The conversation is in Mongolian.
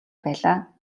байлаа